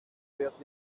wärt